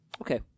Okay